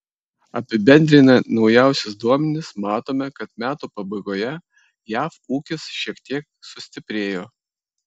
apibendrinę naujausius duomenis matome kad metų pabaigoje jav ūkis šiek tiek sustiprėjo